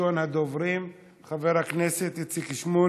אם כך,